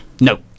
no